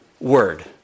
word